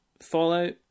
Fallout